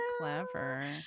clever